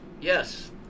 Yes